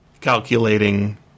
calculating